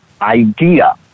idea